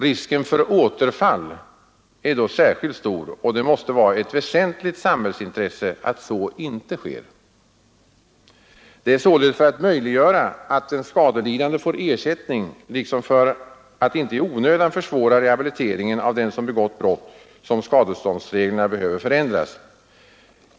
Risken för återfall är då särskilt stor, och det måste vara ett väsentligt samhällsintresse att så inte sker. Det är således för att möjliggöra att den skadelidande får ersättning liksom för att inte i onödan försvåra rehabiliteringen av den som begått brott som skadeståndsreglerna behöver förändras.